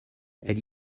elle